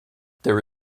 there